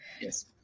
Yes